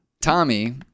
Tommy